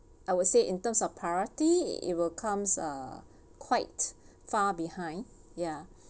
I would say in terms of priority it will come uh quite far behind ya